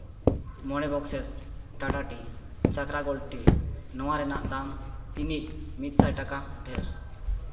ᱢᱚᱬᱮ ᱵᱚᱠᱥᱮᱥ ᱴᱟᱴᱟ ᱴᱤ ᱪᱟᱠᱨᱟ ᱜᱳᱞᱰ ᱴᱤ ᱱᱚᱣᱟ ᱨᱮᱱᱟᱜ ᱫᱟᱢ ᱛᱤᱱᱟᱹᱜ ᱢᱤᱫ ᱥᱟᱭ ᱴᱟᱠᱟ ᱰᱷᱮᱨ